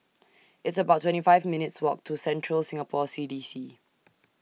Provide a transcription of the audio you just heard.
It's about twenty five minutes' Walk to Central Singapore C D C